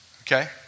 Okay